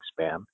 spam